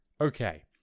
okay